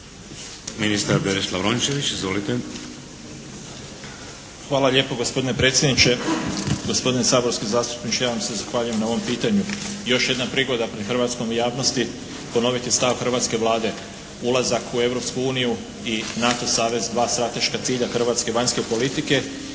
Berislav (HDZ)** Hvala lijepo gospodine predsjedniče. Gospodine saborski zastupniče, ja vam se zahvaljujem na ovom pitanju. Još jedna prigoda pred hrvatskom javnosti ponoviti stav hrvatske Vlade. Ulazak u Europsku uniju i NATO savez, dva strateška cilja hrvatske vanjske politike